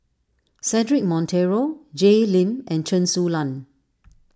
Cedric Monteiro Jay Lim and Chen Su Lan